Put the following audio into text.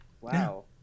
Wow